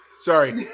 Sorry